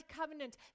covenant